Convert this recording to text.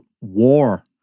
war